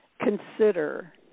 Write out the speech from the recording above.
consider